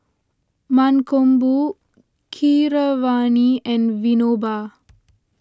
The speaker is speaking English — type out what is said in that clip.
Mankombu Keeravani and Vinoba